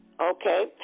okay